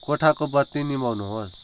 कोठाको बत्ती निभाउनुहोस्